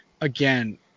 Again